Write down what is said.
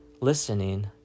listening